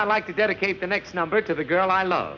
i'd like to dedicate the next number to the girl i love